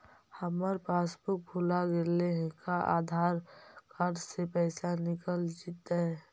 हमर पासबुक भुला गेले हे का आधार कार्ड से पैसा निकल जितै?